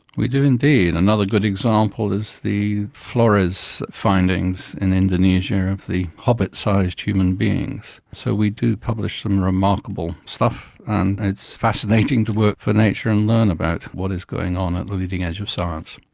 we do indeed. another good example is the flores findings in indonesia of the hobbit-sized human beings. so we do publish some remarkable stuff and it's fascinating to work for nature and learn about what is going on at the leading edge of science.